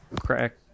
crack